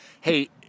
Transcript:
hey